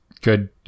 good